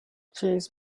cheers